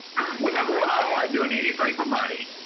well, number one, i don't like doing anything for money.